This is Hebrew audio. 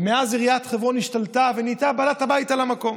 ומאז עיריית חברון השתלטה ונהייתה בעלת הבית על המקום.